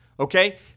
Okay